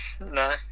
no